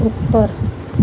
ਉੱਪਰ